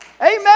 Amen